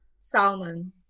Salmon